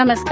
नमस्कार